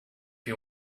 you